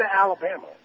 Alabama